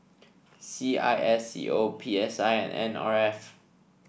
C I S C O P S I and N R F